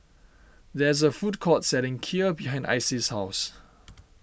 there is a food court selling Kheer behind Icy's house